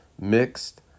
mixed